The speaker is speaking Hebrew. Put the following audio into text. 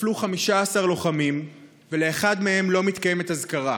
נפלו 15 לוחמים ולאחד מהם לא מתקיימת אזכרה: